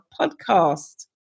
podcast